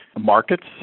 markets